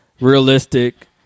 realistic